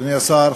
אדוני השר,